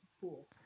cool